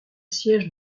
siège